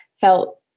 felt